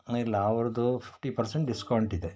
ಇಲ್ಲ ಅವ್ರದು fifty percent discount ಇದೆ